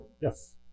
yes